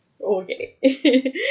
Okay